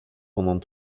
pendant